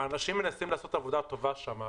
האנשים מנסים לעשות עבודה טובה שם,